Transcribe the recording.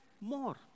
more